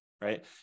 right